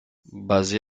basé